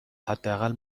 حداقل